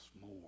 more